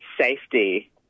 safety